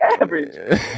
average